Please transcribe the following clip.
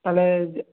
তাহলে